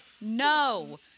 no